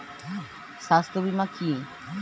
স্বাস্থ্য বীমা কি?